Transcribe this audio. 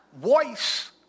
voice